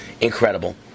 incredible